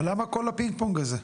אבל למה כל הפינג פונג הזה?